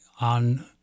on